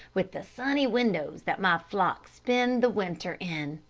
with the sunny windows that my flock spend the winter in.